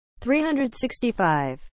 365